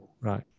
Right